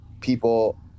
people